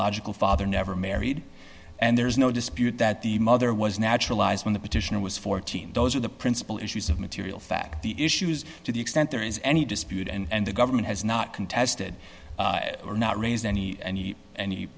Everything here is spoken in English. biological father never married and there is no dispute that the mother was naturalized when the petitioner was fourteen those are the principal issues of material fact the issues to the extent there is any dispute and the government has not contested or not raised any